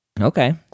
Okay